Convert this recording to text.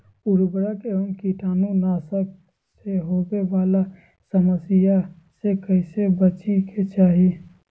उर्वरक एवं कीटाणु नाशक से होवे वाला समस्या से कैसै बची के चाहि?